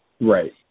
Right